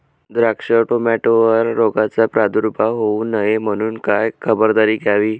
द्राक्ष, टोमॅटोवर रोगाचा प्रादुर्भाव होऊ नये म्हणून काय खबरदारी घ्यावी?